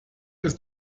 ist